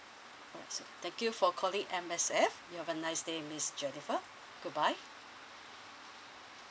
uh so thank you for calling M_S_F you have a nice day miss jennifer goodbye